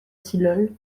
silhol